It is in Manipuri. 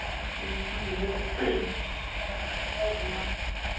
ꯎꯝ ꯁꯥꯜꯗꯣ ꯁꯤꯖꯟꯅꯔꯕꯣ ꯀꯝꯗꯧꯕꯅꯣ